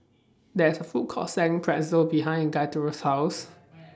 There IS A Food Court Selling Pretzel behind Gaither's House